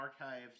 archived